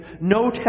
no